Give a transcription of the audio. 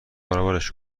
برابرش